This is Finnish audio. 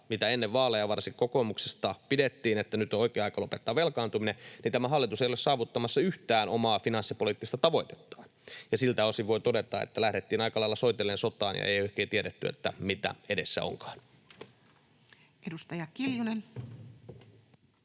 mitä ennen vaaleja varsinkin kokoomuksesta pidettiin, että nyt on oikea aika lopettaa velkaantuminen, tämä hallitus ei ole saavuttamassa yhtään omaa finanssipoliittista tavoitettaan. Siltä osin voi todeta, että lähdettiin aika lailla soitellen sotaan ja ei oikein tiedetty, mitä edessä onkaan. [Speech